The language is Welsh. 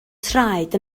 traed